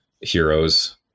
heroes